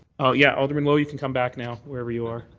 ah yeah alderman low, you can come back now, wherever you are.